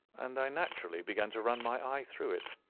and i naturally began to run my eye through it.